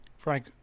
frank